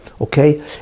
okay